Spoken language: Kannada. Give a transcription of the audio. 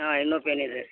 ಹಾಂ ಇನ್ನೂ ಪೇನಿದೆ